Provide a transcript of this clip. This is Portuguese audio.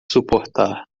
suportar